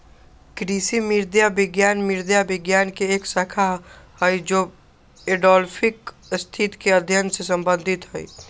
कृषि मृदा विज्ञान मृदा विज्ञान के एक शाखा हई जो एडैफिक स्थिति के अध्ययन से संबंधित हई